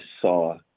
saw